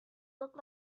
looked